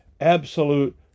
absolute